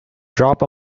drop